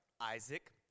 Isaac